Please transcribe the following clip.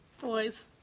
Boys